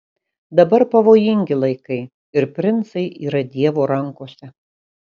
dabar pavojingi laikai ir princai yra dievo rankose